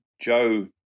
Joe